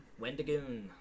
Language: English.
Wendigoon